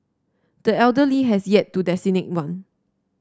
the elder Lee has yet to designate one